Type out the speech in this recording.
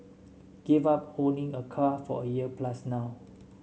gave up owning a car for a year plus now